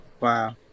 Wow